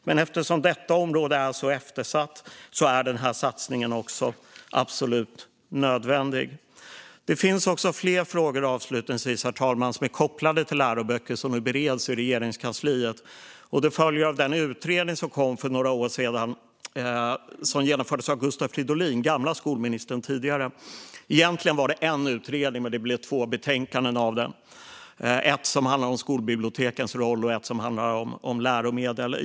Men eftersom detta område är så eftersatt är denna satsning absolut nödvändig. Avslutningsvis, herr talman, finns det fler frågor kopplade till läroböcker som nu bereds i Regeringskansliet. Det följer av den utredning som genomfördes för några år sedan av Gustav Fridolin, den tidigare skolministern. Det var en utredning, men det blev två betänkanden av den - ett om skolbibliotekens roll och ett om läromedel.